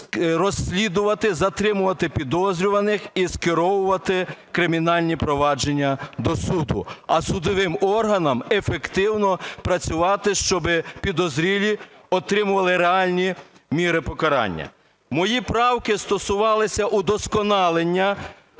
розслідувати, затримувати підозрюваних і скеровувати кримінальні провадження до суду. А судовим органам ефективно працювати, щоб підозрілі отримували реальні міри покарання. Мої правки стосувалися вдосконалення